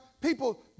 people